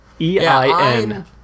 E-I-N